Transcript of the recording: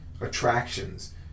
attractions